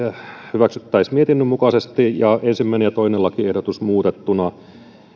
hyväksyttäisiin mietinnön mukaisesti ja ensimmäinen ja toinen lakiehdotus muutettuna